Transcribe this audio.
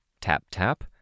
Tap-tap